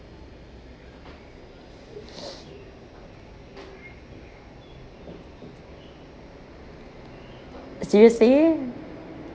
seriously